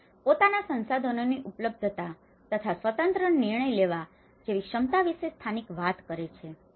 અને પોતાના સંસાધનોની ઉપલબ્ધતા તથા સ્વતંત્ર નિર્ણય લેવા જેવી ક્ષમતા વિશે સ્થાનિકો વાત કરે છે